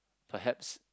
perhaps